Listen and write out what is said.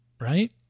Right